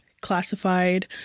classified